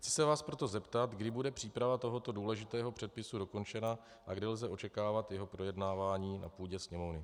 Chci se vás proto zeptat, kdy bude příprava tohoto důležitého předpisu dokončena a kdy lze očekávat jeho projednávání na půdě Sněmovny.